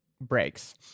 breaks